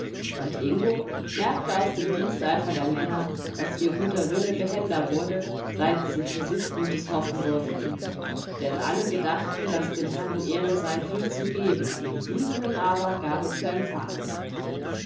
und ingo merkte aus dem diensteifer der männer daß ihr guter wille behender wurde seit sie für sich gutes hoffen durften denn alle gedachten daß dem herrn ehre sei viel zu geben dem dienenden aber gabe zu empfangen